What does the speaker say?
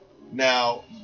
now